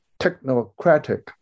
technocratic